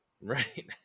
Right